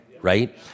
Right